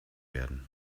werden